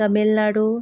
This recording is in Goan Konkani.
तमिळनाडू